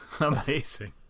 amazing